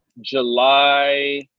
July